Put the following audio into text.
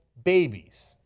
babies,